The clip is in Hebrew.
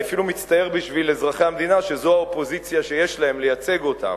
אני אפילו מצטער בשביל אזרחי המדינה שזו האופוזיציה שיש להם לייצג אותם.